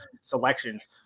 selections